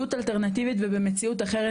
שבמציאות אלטרנטיבית ובמציאות אחרת,